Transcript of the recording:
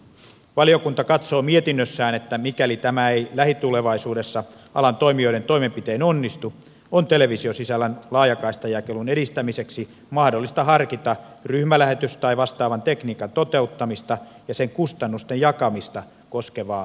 valiokunta katsoo mietinnössään että mikäli tämä ei lähitulevaisuudessa alan toimijoiden toimenpitein onnistu on televisiosisällön laajakaistajakelun edistämiseksi mahdollista harkita ryhmälähetys tai vastaavan tekniikan toteuttamista ja sen kustannusten jakamista koskevaa sääntelyä